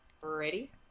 Ready